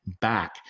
back